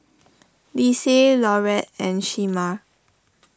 Lise Laurette and Shemar